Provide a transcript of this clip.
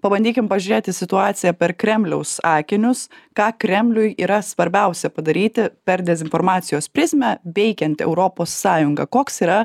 pabandykim pažiūrėt į situaciją per kremliaus akinius ką kremliui yra svarbiausia padaryti per dezinformacijos prizmę veikiant europos sąjungą koks yra